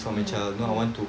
mm mm